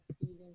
season